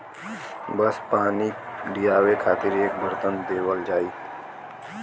बस पानी लियावे खातिर एक बरतन देवल जाई